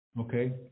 Okay